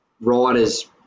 Riders